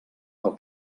pel